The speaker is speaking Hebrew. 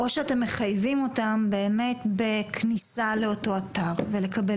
או שאתם מחייבים אותם באמת בכניסה לאותו אתר ולקבל